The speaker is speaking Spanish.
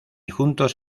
juntos